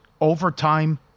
overtime